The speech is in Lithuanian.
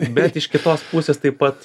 bet iš kitos pusės taip pat